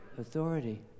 Authority